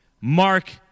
Mark